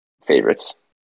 favorites